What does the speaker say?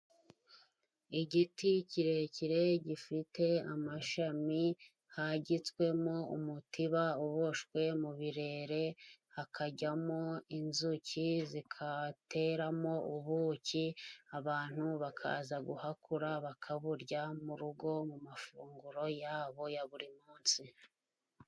Igiti kirekire gifite amashami hahagitswemo umutiba uboshywe mu birere, hakajyamo inzuki, zikateramo ubuki, abantu bakaza guhakura bakaburya mu rugo mu mafunguro yabo ya buri munsi.